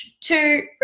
two